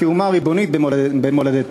כאומה ריבונית במולדתה,